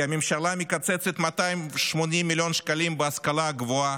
כי הממשלה מקצצת 280 מיליון שקלים בהשכלה הגבוהה,